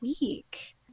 week